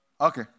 Okay